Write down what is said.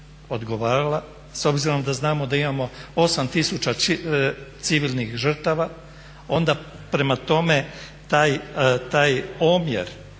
odgovarala, s obzirom da znamo da imamo 8 tisuća civilnih žrtava onda prema tome taj omjer